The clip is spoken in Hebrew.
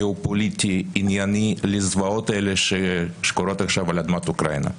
גאופוליטי או ענייני לזוועות האלה שקורות עכשיו על אדמת אוקראינה.